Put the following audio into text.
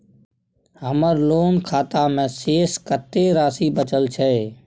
हमर लोन खाता मे शेस कत्ते राशि बचल छै?